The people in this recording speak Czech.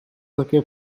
také